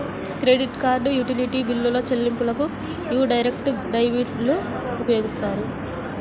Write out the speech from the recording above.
credit card, utility బిల్లుల చెల్లింపులకు యీ డైరెక్ట్ డెబిట్లు ఉపయోగిత్తారు